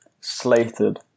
slated